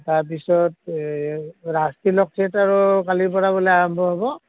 তাৰ পিছত ৰাজতিলক থিয়েটাৰো কালিৰ পৰা বোলে আৰম্ভ হ'ব